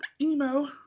emo